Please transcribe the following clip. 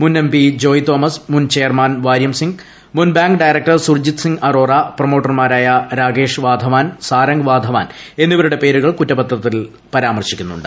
മുൻ M D Joy Thomas മുൻ chairman Waryam Singh മുൻബാങ്ക് ഡിയ്റക്ടർ സുർജിത് സിംഗ് അറോറ പ്രമോട്ടർമാരായ രാക്കെഷ്ട് വാധവാൻ സാരംഗ് വാധവാൻ എന്നിവരുടെ പേരുകൾ കുറ്റപത്രത്തിൽ പരാമർശിക്കുന്നുണ്ട്